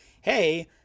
hey